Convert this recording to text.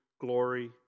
glory